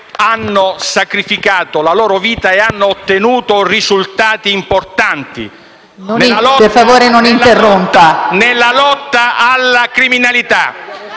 hanno sacrificato la propria vita e hanno ottenuto risultati importanti nella lotta alla criminalità.